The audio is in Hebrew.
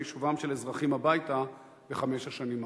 שובם של אזרחים הביתה בחמש השנים האחרונות.